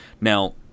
Now